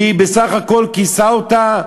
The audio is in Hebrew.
שהוא בסך הכול כיסה אותה,